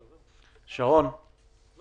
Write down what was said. שרון, מה